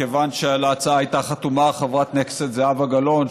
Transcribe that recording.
כיוון שעל ההצעה הייתה חתומה חברת הכנסת זהבה גלאון,